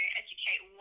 educate